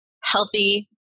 healthy